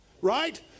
right